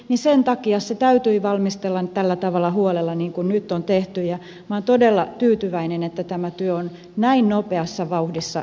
sen takia se täytyi valmistella nyt tällä tavalla huolella niin kuin nyt on tehty ja minä olen todella tyytyväinen että tämä työ on näin nopeassa vauhdissa jo tässä